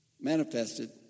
manifested